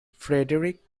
frederick